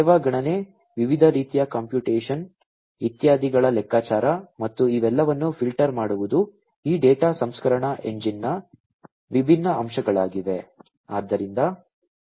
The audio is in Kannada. ಸೇವಾ ಗಣನೆ ವಿವಿಧ ರೀತಿಯ ಕಂಪ್ಯೂಟೇಶನ್ ಇತ್ಯಾದಿಗಳ ಲೆಕ್ಕಾಚಾರ ಮತ್ತು ಇವೆಲ್ಲವನ್ನೂ ಫಿಲ್ಟರ್ ಮಾಡುವುದು ಈ ಡೇಟಾ ಸಂಸ್ಕರಣಾ ಎಂಜಿನ್ನ ವಿಭಿನ್ನ ಅಂಶಗಳಾಗಿವೆ